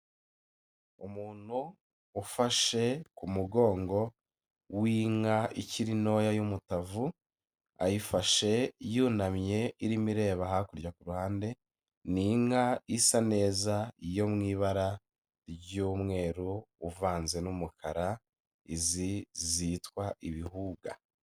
Umuntu ufashe ku mugongo w'inka ikiri ntoya y'umutavu, ayifashe yunamye irimo ireba hakurya ku ruhande, ni inka isa neza yo mu ibara ry'umweru uvanze n'umukara, izi zitwa ibihuga.